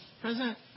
Present